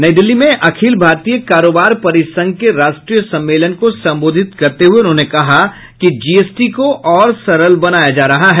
नई दिल्ली में अखिल भारतीय कारोबार परिसंघ के राष्ट्रीय सम्मेलन को संबोधित करते हुये उन्होंने कहा कि जीएसटी को और सरल बनाया जा रहा है